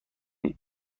وقتی